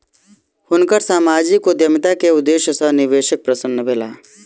हुनकर सामाजिक उद्यमिता के उदेश्य सॅ निवेशक प्रसन्न भेला